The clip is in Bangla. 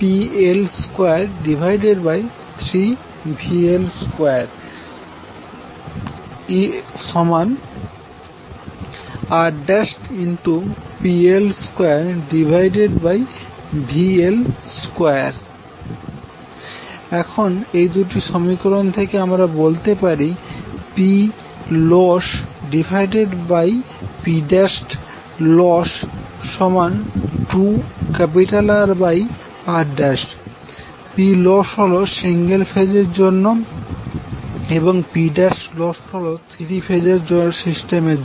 Ploss3IL2R3RPL23VL2RPL2VL2 এখন এই দুটি সমীকরণ থেকে আমরা বলতে পারি PlossPloss2RR Ploss হল সিঙ্গেল ফেজের জন্য এবং Plossহল থ্রি ফেজ সিস্টেমের জন্য